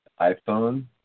iPhone